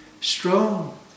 strong